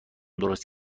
درست